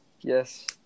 Yes